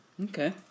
Okay